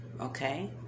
okay